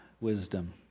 wisdom